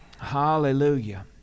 Hallelujah